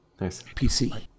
PC